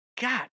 God